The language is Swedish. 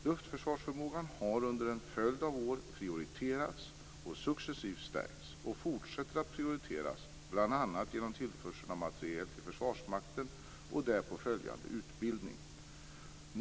Luftförsvarsförmågan har under en följd av år prioriterats och successivt stärkts och fortsätter att prioriteras, bl.a. genom tillförsel av materiel till Försvarsmakten och därpå följande utbildning.